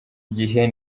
gihe